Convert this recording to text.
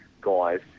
guys